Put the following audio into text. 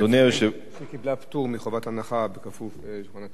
בעד, 8, אין מתנגדים ואין נמנעים.